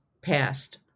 passed